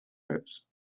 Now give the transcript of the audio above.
pits